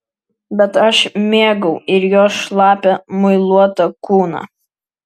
bet aš mėgau ir jos šlapią muiluotą kūną